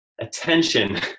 attention